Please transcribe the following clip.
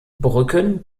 brücken